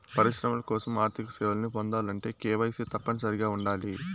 పరిశ్రమల కోసం ఆర్థిక సేవలను పొందాలంటే కేవైసీ తప్పనిసరిగా ఉండాలి